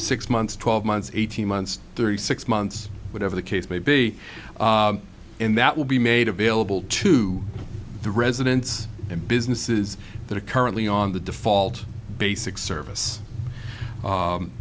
six months twelve months eighteen months three six months whatever the case may be in that will be made available to the residents and businesses that are currently on the default basic service